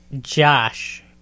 josh